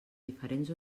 diferents